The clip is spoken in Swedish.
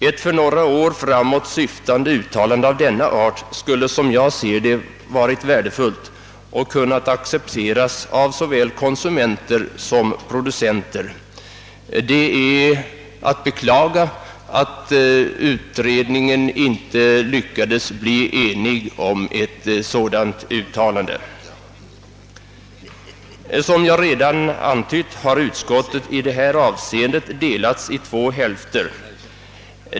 Ett några år framåt syftande uttalande av denna art skulle, som jag ser det, varit värdefullt och kunnat accepteras av såväl konsumenter som producenter. Det är att beklaga att utredningen inte lyckades bli enig om ett sådant uttalande. Som jag redan antytt har utskottet i detta avseende delats i två hälfter.